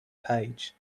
page